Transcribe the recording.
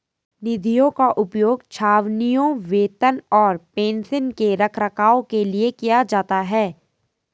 निधियों का उपयोग छावनियों, वेतन और पेंशन के रखरखाव के लिए किया जाता है